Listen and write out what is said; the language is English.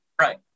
Right